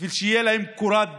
בשביל שתהיה להם קורת גג,